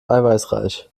eiweißreich